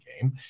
game